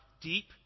deep